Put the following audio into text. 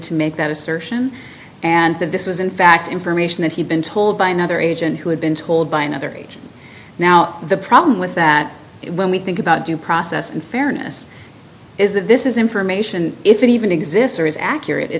to make that assertion and that this was in fact information that he'd been told by another agent who had been told by another agent now the problem with that when we think about due process and fairness is that this is information if it even exists or is ac